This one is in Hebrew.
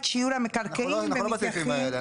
שיעור המקרקעין" --- אנחנו לא בסעיפים האלה.